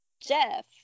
Jeff